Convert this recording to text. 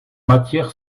matière